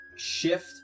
shift